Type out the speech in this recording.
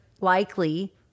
likely